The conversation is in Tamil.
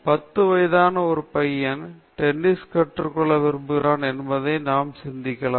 பத்து வயதான ஒரு பையன் டென்னிஸ் கற்றுக்கொள்ள விரும்புகிறார் என்பதை நாம் சிந்திக்கலாம்